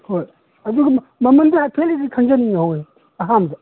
ꯍꯣꯏ ꯑꯗꯨꯒ ꯃꯃꯟꯗꯣ ꯍꯥꯏꯐꯦꯠ ꯑꯝ ꯈꯪꯖꯅꯤꯡꯍꯧꯋꯦ ꯑꯍꯧꯕꯗ